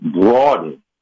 broaden